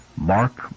Mark